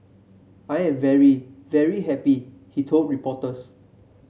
I'm very very happy he told reporters